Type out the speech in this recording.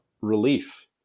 relief